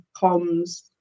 comms